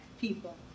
people